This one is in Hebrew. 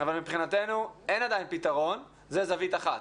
אבל מבחינתנו אין עדיין פתרון, זה זווית אחת.